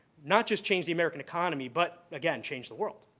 not just change the american economy but, again, change the world.